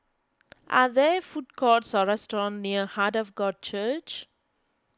are there food courts or restaurants near Heart of God Church